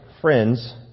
friends